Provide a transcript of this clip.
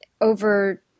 over